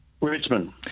Richmond